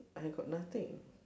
I got nothing